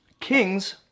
Kings